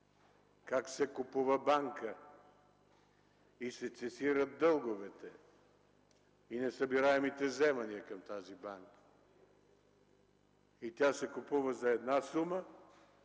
как се купува банка и се цесират дълговете и несъбираемите вземания към тази банка. Тя се купува за една сума,